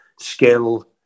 skill